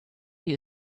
you